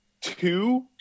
two